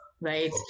right